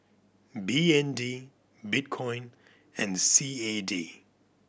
B N D Bitcoin and C A D